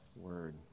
word